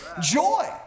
joy